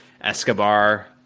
Escobar